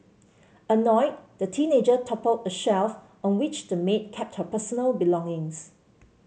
annoyed the teenager toppled a shelf on which the maid kept her personal belongings